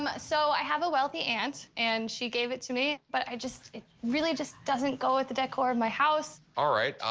so i have a wealthy aunt, and she gave it to me. but i just it really just doesn't go with the decor of my house. all right.